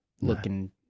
Looking